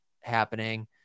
happening